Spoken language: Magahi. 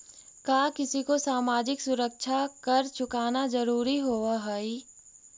का किसी को सामाजिक सुरक्षा कर चुकाना जरूरी होवअ हई